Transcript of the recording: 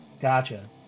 Gotcha